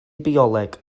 bioleg